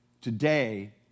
today